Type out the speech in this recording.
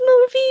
movie